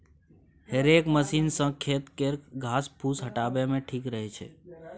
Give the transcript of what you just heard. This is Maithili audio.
हेरेक मशीन सँ खेत केर घास फुस हटाबे मे ठीक रहै छै